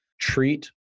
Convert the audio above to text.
treat